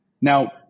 Now